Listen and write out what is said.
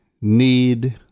need